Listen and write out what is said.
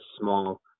small